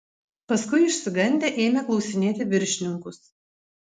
paskui išsigandę ėmė klausinėti viršininkus